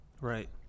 Right